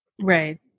Right